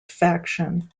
faction